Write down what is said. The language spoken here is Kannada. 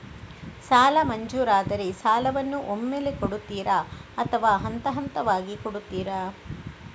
ಸಾಲ ಮಂಜೂರಾದರೆ ಸಾಲವನ್ನು ಒಮ್ಮೆಲೇ ಕೊಡುತ್ತೀರಾ ಅಥವಾ ಹಂತಹಂತವಾಗಿ ಕೊಡುತ್ತೀರಾ?